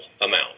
amount